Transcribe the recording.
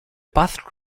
path